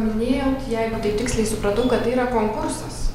minėjot jeigu taip tiksliai supratau kad tai yra konkursas